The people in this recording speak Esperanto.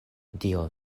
dio